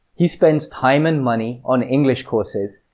he spends time and money on english courses,